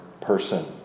person